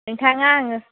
नोंथाङा आंनो